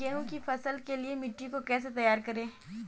गेहूँ की फसल के लिए मिट्टी को कैसे तैयार करें?